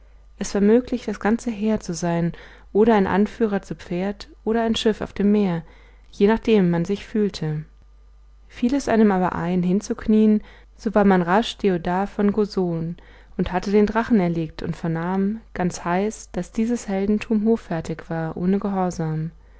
es war möglich das ganze heer zu sein oder ein anführer zu pferd oder ein schiff auf dem meer je nachdem man sich fühlte fiel es einem aber ein hinzuknien so war man rasch deodat von gozon und hatte den drachen erlegt und vernahm ganz heiß daß dieses heldentum hoffährtig war ohne gehorsam